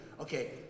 Okay